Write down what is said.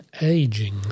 aging